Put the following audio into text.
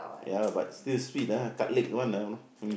ya lah but still sweet ah cut leg one ah you know